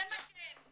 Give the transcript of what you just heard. זה מה שהם.